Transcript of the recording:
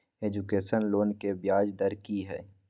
Education loan के ब्याज दर की हय?